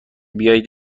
بیایید